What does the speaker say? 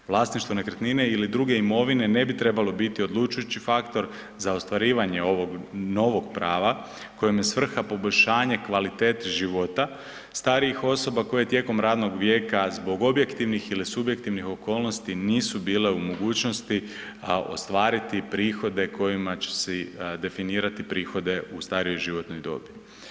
Vlasništvo nekretnine ili druge imovine ne bi trebalo biti odlučujući faktor za ostvarivanje ovog novog prava kojem je svrha poboljšanje kvalitete života starijih osoba koje tijekom radnog vijeka zbog objektivnih ili subjektivnih okolnosti nisu bile u mogućnosti ostvariti prihode kojima će si definirati prihode u starijoj životnoj dobi.